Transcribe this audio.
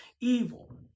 evil